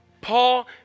Paul